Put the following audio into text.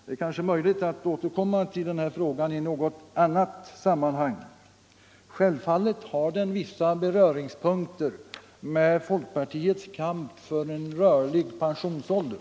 Det är kanske möjligt att återkomma till denna fråga i något annat sammanhang. Självfallet har den vissa beröringspunkter med folkpartiets kamp för en rörlig pensionsålder.